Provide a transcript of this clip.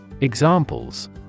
Examples